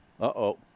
Uh-oh